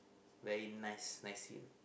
very nice nice in